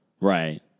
Right